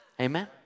Amen